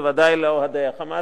בוודאי, לאוהדי ה"חמאס".